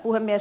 puhemies